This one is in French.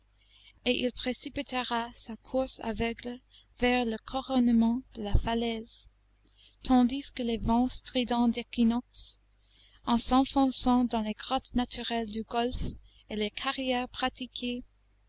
et il précipitera sa course aveugle vers le couronnement de la falaise tandis que les vents stridents d'équinoxe en s'enfonçant dans les grottes naturelles du golfe et les carrières pratiquées